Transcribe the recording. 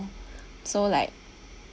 so like